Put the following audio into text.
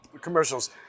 commercials